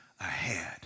ahead